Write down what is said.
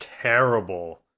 terrible